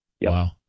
Wow